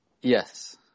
Yes